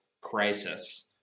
crisis